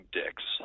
dicks